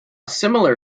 similar